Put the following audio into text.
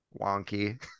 wonky